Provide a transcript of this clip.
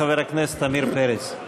חבר הכנסת עמיר פרץ.